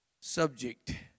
subject